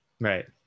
Right